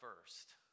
first